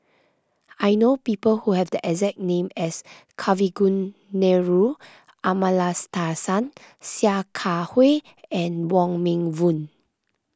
I know people who have the exact name as Kavignareru Amallathasan Sia Kah Hui and Wong Meng Voon